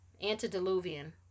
antediluvian